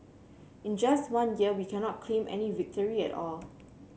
in just one year we cannot claim any victory at all